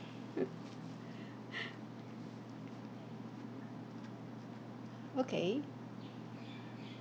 okay